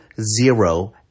zero